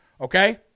Okay